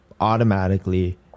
automatically